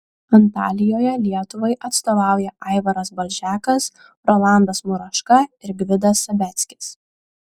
antalijoje lietuvai atstovauja aivaras balžekas rolandas muraška ir gvidas sabeckis